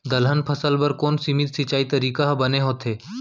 दलहन फसल बर कोन सीमित सिंचाई तरीका ह बने होथे?